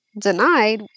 denied